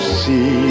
see